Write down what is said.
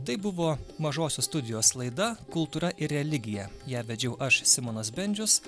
tai buvo mažosios studijos laida kultūra ir religija ją vedžiau aš simonas bendžius